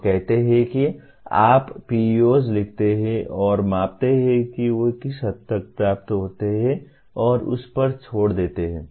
वे कहते हैं कि आप PEOs लिखते हैं और मापते हैं कि वे किस हद तक प्राप्त होते हैं और उस पर छोड़ देते हैं